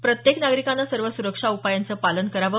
प्रत्येक नागरिकाने सर्व सुरक्षा उपायांचं पालन करावं